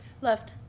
left